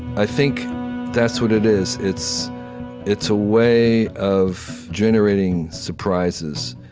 i think that's what it is it's it's a way of generating surprises.